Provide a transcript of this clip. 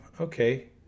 Okay